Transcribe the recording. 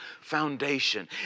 foundation